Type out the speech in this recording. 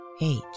eight